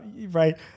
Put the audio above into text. Right